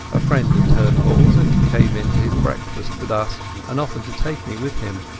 a friend of turnbullas, and he came in to his breakfast with us and offered to take me with him.